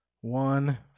one